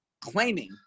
claiming